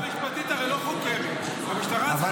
או שאולי המשטרה לא חוקרת, לא מביאה ראיות.